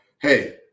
hey